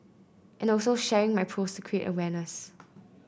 and also sharing my post to create awareness